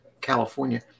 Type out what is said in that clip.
California